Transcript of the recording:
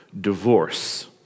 divorce